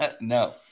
No